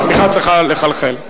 הצמיחה צריכה לחלחל.